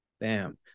Bam